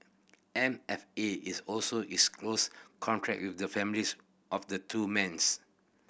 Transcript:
M F A is also is close contact with the families of the two men